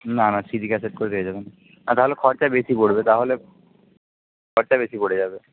না না CD cassette করে দেয়া যাবে না আর তাহলে খরচা বেশি পড়বে তাহলে খরচা বেশি পড়ে যাবে